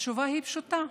התשובה היא פשוטה,